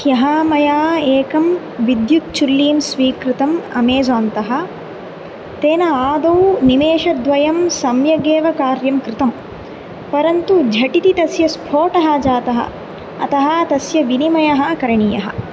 ह्यः मया एकं विद्युत् चुल्लीं स्वीकृतम् अमेज़ान् तः तेन आदौ निमेषद्वयं सम्यगेव कार्यं कृतं परन्तु झटिति तस्य स्फोटः जातः अतः तस्य विनिमयः करणीयः